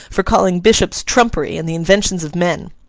for calling bishops trumpery and the inventions of men.